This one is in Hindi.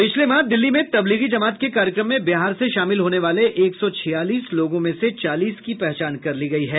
पिछले माह दिल्ली में तबलीगी जमात के कार्यक्रम में बिहार से शामिल होने वाले एक सौ छियालीस लोगों में से चालीस की पहचान कर ली गई है